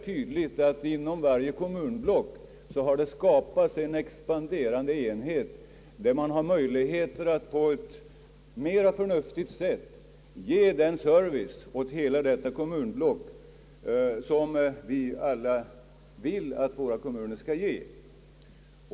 Inom varje kommunblock har det skapats en expanderande enhet, där man har möjligheten att på ett mera förnuftigt sätt ge den service åt hela detta kommunblock som vi alla vill att våra kommuner skall ge.